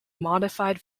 modified